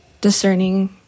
discerning